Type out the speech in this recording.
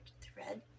thread